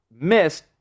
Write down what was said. missed